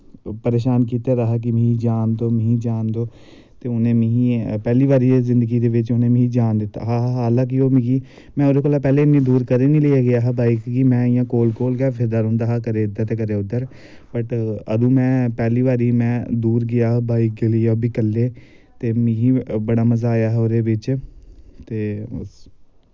परेशान कीता दा हा कि मिगी जान देओ मिगी जान देओ ते उनै मिगी पैह्ली बारी गै जिन्दगी दे बिच्च उने मिगी जान दित्ता हालांकि ओह् मिगी में ओह्दे कोला पैह्लें इन्नी दूर कदैं नी लेईयै गेआ हा बॉईक क्योंकि में इयां कोल कोल गै फिरदा रौंह्दा हा कदें इध्दर ते कदैं उध्दर बट अदूं में पैह्ली बारी में दूर गेआ बॉईक लेईयै ओह्बी कल्ले ते मिगी बड़ा मज़ा आया हा ओह्दे बिच्च ते बस